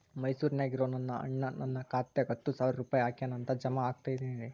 ಮೈಸೂರ್ ನ್ಯಾಗ್ ಇರೋ ನನ್ನ ಅಣ್ಣ ನನ್ನ ಖಾತೆದಾಗ್ ಹತ್ತು ಸಾವಿರ ರೂಪಾಯಿ ಹಾಕ್ಯಾನ್ ಅಂತ, ಜಮಾ ಆಗೈತೇನ್ರೇ?